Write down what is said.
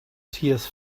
tears